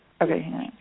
Okay